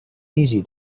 easy